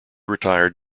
retired